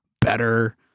better